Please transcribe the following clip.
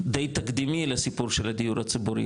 דיי תקדימי לסיור של הדיור הציבורי,